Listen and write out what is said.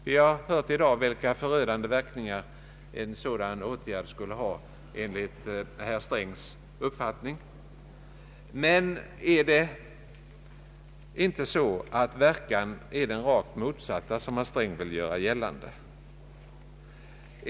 Vi har i dag fått höra vilka förödande verkningar den senare åtgärden skulle få enligt herr Strängs uppfattning. Är det inte i stället så att verkan blir den rakt motsatta mot vad herr Sträng vill göra gällande?